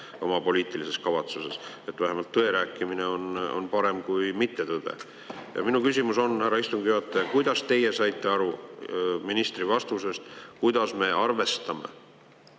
oma poliitilises kavatsuses. Vähemalt tõe rääkimine on parem kui mittetõde. Ja minu küsimus on, härra istungi juhataja, kuidas teie saite aru ministri vastusest, kuidas me arvestame